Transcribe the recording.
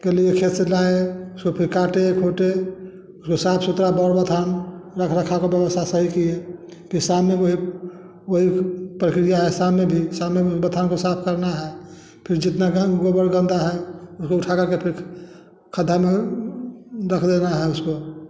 के लिए फिर से लाये फिर उसको कटे खूटे उसको साफ सुथरा बनाना था रखरखाव घर का व्यवस्था सही किये किसान में भी वही वही प्रक्रिया शाम में भी बधान को साफ करना है फिर जितना गोबर बनता है उसको उठा कर फिर खड्डा में रख देना है उसको वो